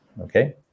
Okay